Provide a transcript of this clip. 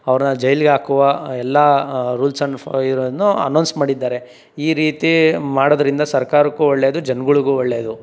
ಅವ್ರನ್ನ ಜೈಲಿಗಾಕುವ ಎಲ್ಲ ರೂಲ್ಸನ್ನು ಫಾ ಇದನ್ನು ಅನೌನ್ಸ್ ಮಾಡಿದ್ದಾರೆ ಈ ರೀತಿ ಮಾಡೋದರಿಂದ ಸರ್ಕಾರಕ್ಕೂ ಒಳ್ಳೇದು ಜನಗಳ್ಗೂ ಒಳ್ಳೇದು